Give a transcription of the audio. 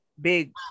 big